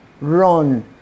run